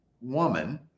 woman